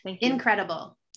incredible